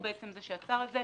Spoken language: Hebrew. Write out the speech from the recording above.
הוא בעצם זה שעצר את זה.